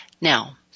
Now